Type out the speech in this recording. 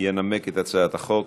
ינמק את הצעת החוק.